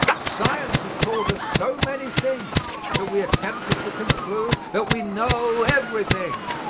science has taught us so many things that we are tempted to conclude that we know everything,